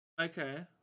Okay